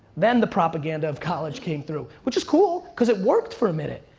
then the propaganda of college came through. which is cool cause it worked for a minute.